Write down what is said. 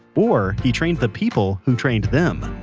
or he trained the people who trained them